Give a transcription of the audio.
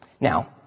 Now